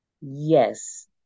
Yes